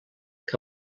que